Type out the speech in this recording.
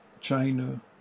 China